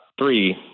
three